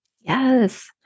Yes